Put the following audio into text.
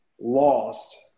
lost